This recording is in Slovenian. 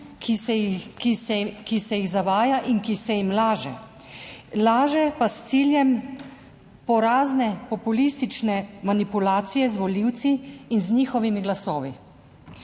Ki se jih zavaja In ki se jim laže. Laže pa s ciljem porazne populistične manipulacije z volivci in z njihovimi glasovi.